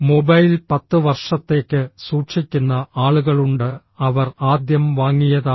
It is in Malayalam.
മൊബൈൽ 10 വർഷത്തേക്ക് സൂക്ഷിക്കുന്ന ആളുകളുണ്ട്ഃ അവർ ആദ്യം വാങ്ങിയതാണ്